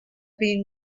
been